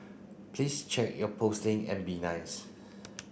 please check your posting and be nice